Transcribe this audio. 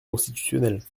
constitutionnel